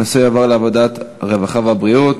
הנושא יועבר לוועדת העבודה, הרווחה והבריאות.